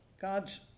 God's